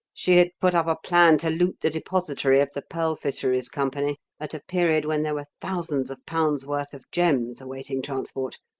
she had put up a plan to loot the depository of the pearl fisheries company at a period when there were thousands of pounds worth of gems awaiting transport.